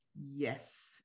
Yes